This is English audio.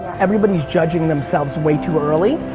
everybody's judging themselves way too early.